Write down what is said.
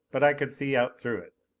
but i could see out through it.